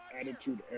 attitude